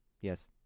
Yes